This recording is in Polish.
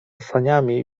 saniami